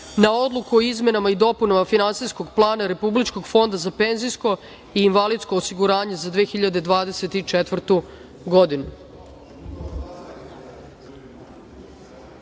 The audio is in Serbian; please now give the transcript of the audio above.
na odluku o izmenama i dopunama Finansijskog plana Republičkog fonda za penzijsko i invalidsko osiguranje za 2024.